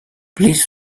please